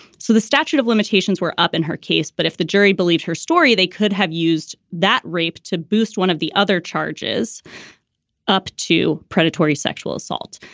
so the statute of limitations were up in her case. but if the jury believed her story, they could have used that rape to boost one of the other charges up to predatory sexual assault.